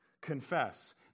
confess